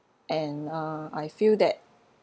and uh I feel that